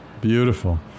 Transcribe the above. Beautiful